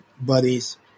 buddies